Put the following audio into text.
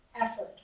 effort